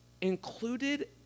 included